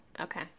Okay